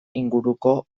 inguruko